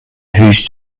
whose